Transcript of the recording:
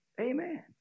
Amen